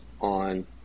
on